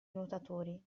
nuotatori